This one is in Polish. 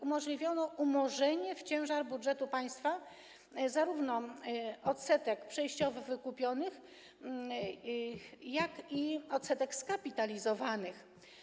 Umożliwiono umorzenie w ciężar budżetu państwa zarówno odsetek przejściowo wykupionych, jak i odsetek skapitalizowanych.